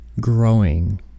growing